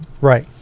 Right